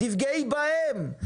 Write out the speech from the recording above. תפגעי בהם,